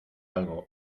algo